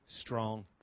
strong